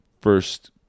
first